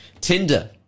Tinder